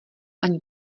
ani